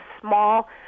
small